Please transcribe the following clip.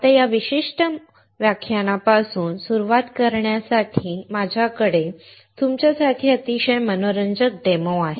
आता या विशिष्ट मालिकेपासून सुरुवात करण्यासाठी माझ्याकडे तुमच्यासाठी अतिशय मनोरंजक डेमो आहे